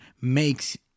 makes